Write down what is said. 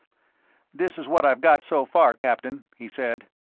this is what i've got so far, captain, he said.